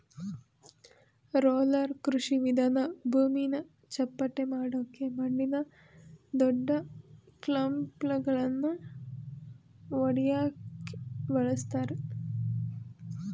roller ಕೃಷಿಸಾಧನ ಭೂಮಿನ ಚಪ್ಪಟೆಮಾಡಕೆ ಮಣ್ಣಿನ ದೊಡ್ಡಕ್ಲಂಪ್ಗಳನ್ನ ಒಡ್ಯಕೆ ಬಳುಸ್ತರೆ